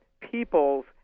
peoples